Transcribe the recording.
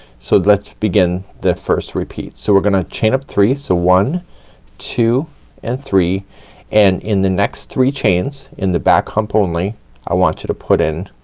so let's begin the first repeat. so we're gonna chain up three. so one two and three and in the next three chains in the back hump only i want you to put in